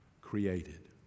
created